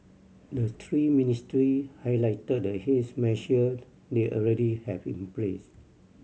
the three ministry highlighted the haze measured they already have in place